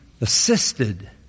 assisted